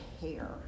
hair